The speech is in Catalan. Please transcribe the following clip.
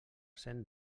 cent